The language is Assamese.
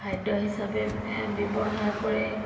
খাদ্য হিচাপে ব্যৱহাৰ কৰে